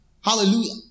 Hallelujah